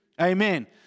Amen